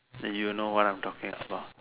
you know what I'm talking about